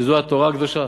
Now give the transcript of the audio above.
שזו התורה הקדושה?